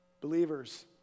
Believers